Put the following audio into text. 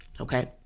okay